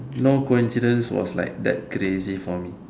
no coincidence was like that crazy for me